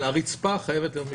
בבקשה.